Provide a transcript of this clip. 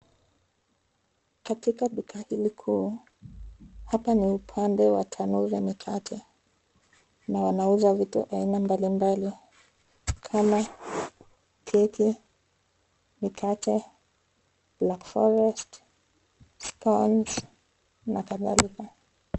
Katika duka hili kuu, hapa ni upande wa tanuri mikate na wanauza vitu aina mbalimbali kama keki, mikate , blackforest, scones , na kadhalika.